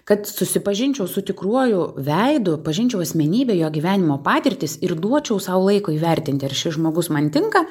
kad susipažinčiau su tikruoju veidu pažinčiau asmenybę jo gyvenimo patirtis ir duočiau sau laiko įvertinti ar šis žmogus man tinka